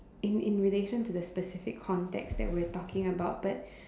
in in relation to the specific context that we're talking about but